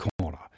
corner